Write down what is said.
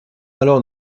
alors